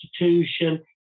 institution